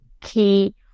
key